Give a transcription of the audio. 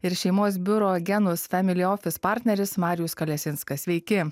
ir šeimos biuro genus family office partneris marijus kalesinskas sveiki